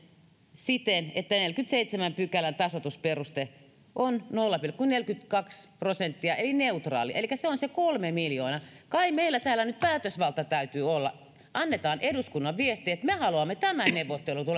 siten että neljännenkymmenennenseitsemännen pykälän tasoitusperuste on nolla pilkku neljäkymmentäkaksi prosenttia eli neutraali elikkä se on se kolme miljoonaa kai meillä täällä nyt päätösvalta täytyy olla annetaan eduskunnan viesti että me haluamme tämän neuvottelutuloksen